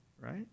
right